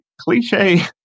Cliche